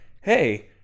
Hey